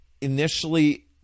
initially